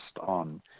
on